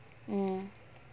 mm